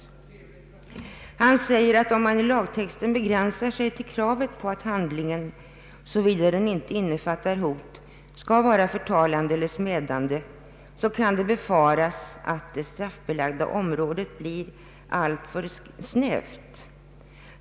Han säger att om man i lagtexten begränsar sig till kravet på att handlingen, såvida den inte innefattar hot, skall vara förtalande eller smädande, så kan det befaras att det straffbelagda området blir alltför snävt.